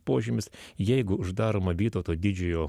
požymis jeigu uždaroma vytauto didžiojo